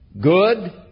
good